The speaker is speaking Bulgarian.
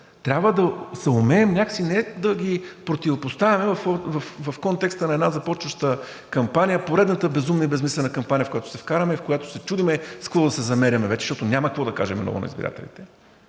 Трябва да съумеем някак си не да ги противопоставяме в контекста на една започваща кампания, поредната безумна и безсмислена кампания, в която ще се вкараме и в която се чудим с какво да се замеряме вече, защото няма какво да кажем много на избирателите.